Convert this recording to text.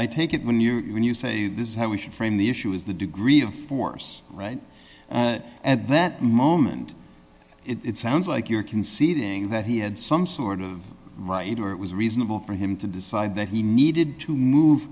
i take it when you're when you say this is how we should frame the issue is the degree of force right at that moment it sounds like you're conceding that he had some sort of right where it was reasonable for him to decide that he needed to move